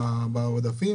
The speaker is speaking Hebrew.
בעודפים,